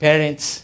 Parents